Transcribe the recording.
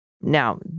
Now